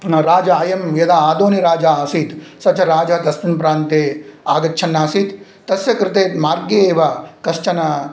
राजा अयं यदा आदोनि राजा आसीत् स च राजा तस्मिन् प्रान्ते आगच्छन् आसीत् तस्य कृते मार्गे एव कश्चन